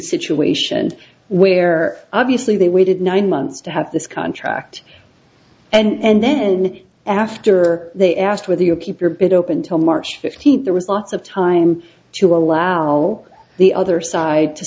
situation where obviously they waited nine months to have this contract and then after they asked whether you keep your bid open till march fifteenth there was lots of time to allow the other side to